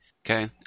Okay